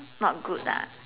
not good ah